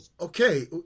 okay